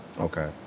Okay